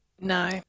No